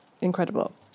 incredible